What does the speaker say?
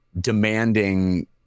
demanding